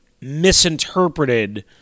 misinterpreted